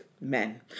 Men